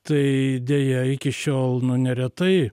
tai deja iki šiol nu neretai